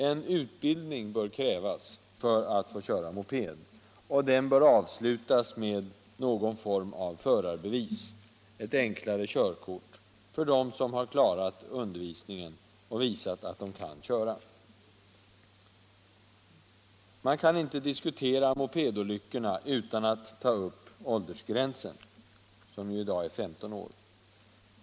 En utbildning bör krävas för att få köra moped och den bör avslutas med någon form av förarbevis, ett enklare körkort för dem som klarat undervisningen och visat att de kan köra. Man kan inte diskutera mopedolyckorna utan att ta upp åldersgränsen, som i dag är 15 år.